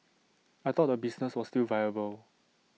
I thought the business was still viable